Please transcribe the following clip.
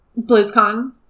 Blizzcon